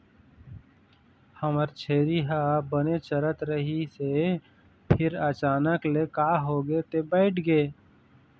हमर छेरी ह बने चरत रहिस हे फेर अचानक ले का होगे ते बइठ गे